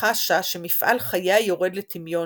וחשה שמפעל חייה יורד לטמיון.